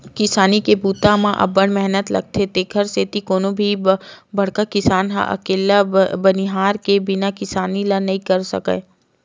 किसानी के बूता म अब्ब्ड़ मेहनत लोगथे तेकरे सेती कोनो भी बड़का किसान ह अकेल्ला बनिहार के बिना किसानी ल नइ कर सकय